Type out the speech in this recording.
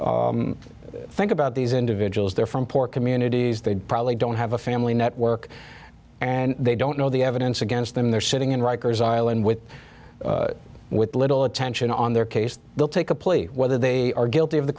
course think about these individuals they're from poor communities they probably don't have a family network and they don't know the evidence against them they're sitting in rikers island with with little attention on their case they'll take a plea whether they are guilty of the